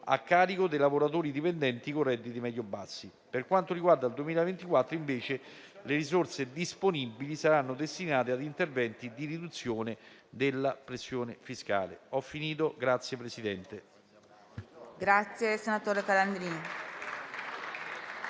a carico dei lavoratori dipendenti con redditi medio-bassi. Per quanto riguarda il 2024, invece, le risorse disponibili saranno destinate a interventi di riduzione della pressione fiscale.